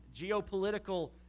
Geopolitical